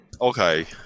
Okay